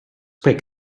quick